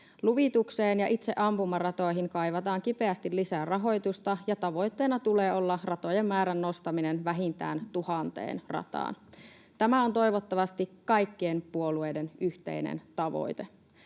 Luvitukseen ja itse ampumaratoihin kaivataan kipeästi lisää rahoitusta, ja tavoitteena tulee olla ratojen määrän nostaminen vähintään tuhanteen rataan. Tämä on toivottavasti kaikkien puolueiden yhteinen tavoite.